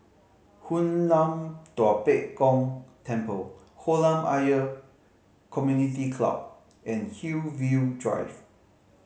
Hoon Lam Tua Pek Kong Temple Kolam Ayer Community Club and Hillview Drive